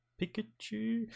Pikachu